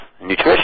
nutrition